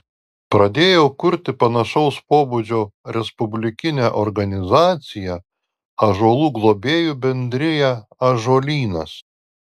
pradėjau kurti panašaus pobūdžio respublikinę organizaciją ąžuolų globėjų bendriją ąžuolynas